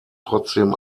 trotzdem